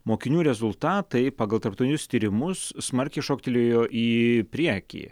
mokinių rezultatai pagal tarptautinius tyrimus smarkiai šoktelėjo į priekį